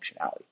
functionality